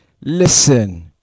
listen